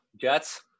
Jets